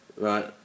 Right